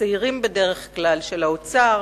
צעירים בדרך כלל, של האוצר,